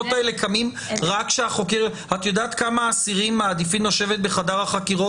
את יודעת כמה אסירים מעדיפים לשבת בחדר החקירות